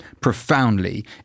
profoundly